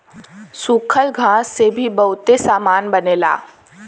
सूखल घास से भी बहुते सामान बनेला